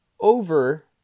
over